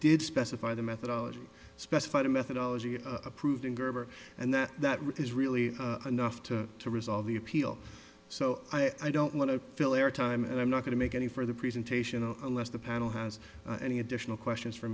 did specify the methodology specified in methodology approved in gerber and that that is really enough to to resolve the appeal so i don't want to fill air time and i'm not going to make any for the presentation no less the panel has any additional questions for